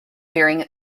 during